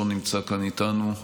לא נמצא כאן איתנו.